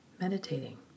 meditating